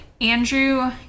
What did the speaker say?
Andrew